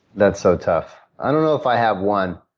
that's so tough. i don't know if i have one.